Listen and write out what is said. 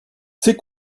c’est